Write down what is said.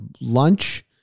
lunch